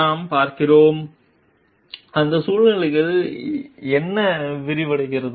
நாம் பார்க்கிறோம் அந்த சூழ்நிலையில் என்ன விரிவடைகிறது